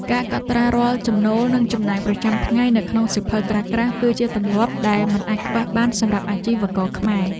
ការកត់ត្រារាល់ចំណូលនិងចំណាយប្រចាំថ្ងៃនៅក្នុងសៀវភៅក្រាស់ៗ គឺជាទម្លាប់ដែលមិនអាចខ្វះបានសម្រាប់អាជីវករខ្មែរ។